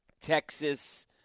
Texas